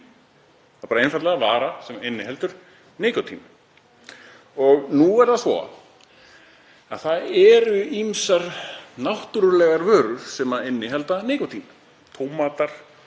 Það er bara einfaldlega vara sem inniheldur nikótín. Nú er það svo að það eru ýmsar náttúrulegar vörur sem innihalda nikótín, t.d. tómatar